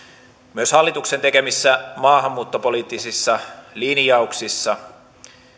myös hallituksen tekemissä maahanmuuttopoliittisissa linjauksissa